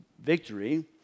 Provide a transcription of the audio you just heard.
victory